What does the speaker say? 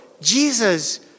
Jesus